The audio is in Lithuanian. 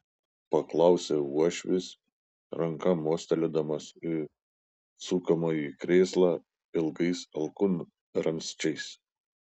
paklausė uošvis ranka mostelėdamas į sukamąjį krėslą ilgais alkūnramsčiais